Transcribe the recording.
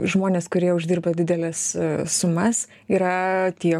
žmonės kurie uždirba dideles sumas yra tie